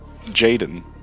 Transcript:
Jaden